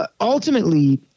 ultimately